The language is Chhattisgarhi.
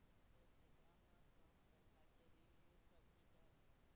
ये सेवा म कम पैसा के ऋण मिल सकही का?